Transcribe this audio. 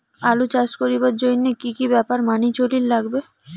আলু চাষ করিবার জইন্যে কি কি ব্যাপার মানি চলির লাগবে?